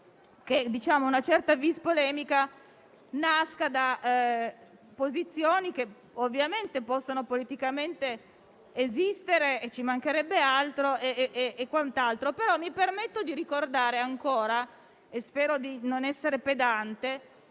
che una certa *vis* polemica nasca da posizioni che possono politicamente esistere - e ci mancherebbe altro! - però, mi permetto di ricordare ancora, sperando di non essere pedante,